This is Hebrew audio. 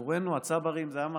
ועבורנו הצברים זה היה מראה,